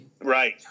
Right